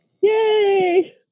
Yay